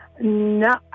No